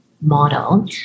model